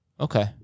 Okay